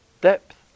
depth